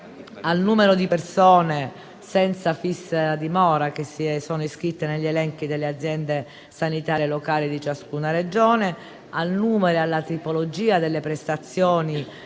al numero di persone senza fissa dimora che si sono iscritte negli elenchi delle aziende sanitarie locali di ciascuna Regione, al numero e alla tipologia delle prestazioni